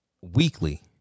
Weekly